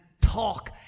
talk